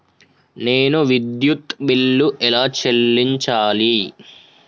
నేను విద్యుత్ బిల్లు ఎలా చెల్లించాలి?